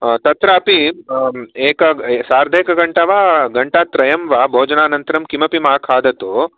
तत्रापि एक सार्ध एकघण्टा वा घण्टात्रयं वा भोजनान्तरं किमपि मा खादतु